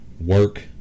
work